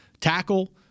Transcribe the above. Tackle